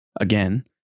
again